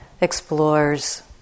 explores